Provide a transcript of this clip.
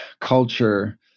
culture